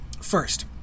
First